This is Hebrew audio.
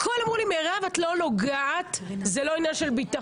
אמרו לי שבכל זה אני לא נוגעת כי זה לא עניין של ביטחון,